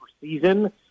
season